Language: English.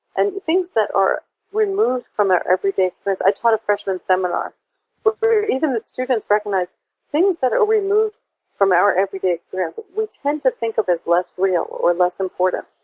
and things that are removed from our everyday experience. i taught a freshman seminar but where even the students recognized things that are removed from our everyday experience we tend to think of as less real or less important.